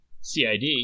CID